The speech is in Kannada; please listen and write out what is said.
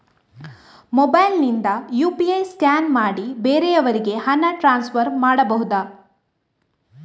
ಮೊಬೈಲ್ ನಿಂದ ಯು.ಪಿ.ಐ ಸ್ಕ್ಯಾನ್ ಮಾಡಿ ಬೇರೆಯವರಿಗೆ ಹಣ ಟ್ರಾನ್ಸ್ಫರ್ ಮಾಡಬಹುದ?